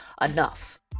enough